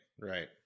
right